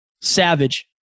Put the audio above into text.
Savage